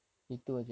you just eat fruits